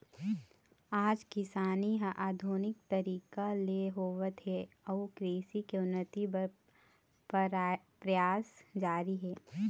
आज किसानी ह आधुनिक तरीका ले होवत हे अउ कृषि के उन्नति बर परयास जारी हे